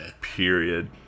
Period